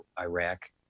Iraq